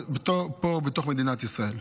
בתוך מדינת ישראל.